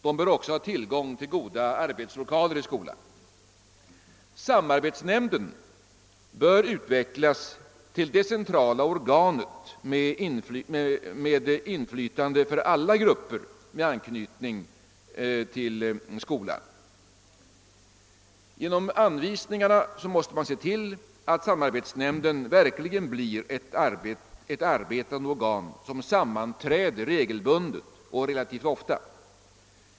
De bör också ha tillgång till goda arbetslokaler i skolan. Samarbetsnämnden bör utvecklas till det centrala organet med inflytande på alla grupper med anknytning till skolan. Genom anvisningarna måste man se till att samarbetsnämnden verkligen blir ett arbetande organ som sammanträder regelbundet och relativt ofta.